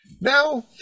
now